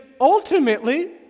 ultimately